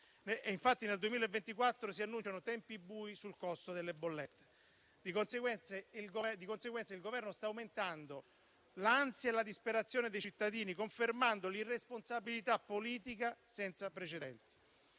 Infatti, nel 2024 si annunciano tempi bui sul costo delle bollette. Di conseguenza, il Governo sta aumentando l'ansia e la disperazione dei cittadini, confermando un'irresponsabilità politica senza precedenti.